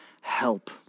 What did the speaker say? help